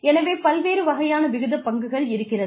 எனவே பல்வேறு வகையான விகிதப் பங்குகள் இருக்கிறது